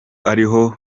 ariho